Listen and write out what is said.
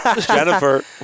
Jennifer